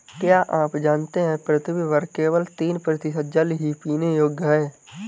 क्या आप जानते है पृथ्वी पर केवल तीन प्रतिशत जल ही पीने योग्य है?